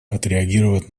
отреагировать